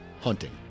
hunting